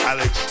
Alex